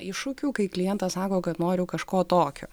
iššūkiu kai klientas sako kad noriu kažko tokio